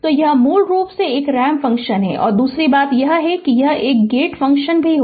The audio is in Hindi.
तो यह मूल रूप से एक रैंप फंक्शन है और दूसरी बात यह है कि यह एक गेट फंक्शन सही है